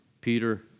Peter